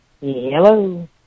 Hello